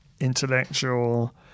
intellectual